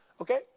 Okay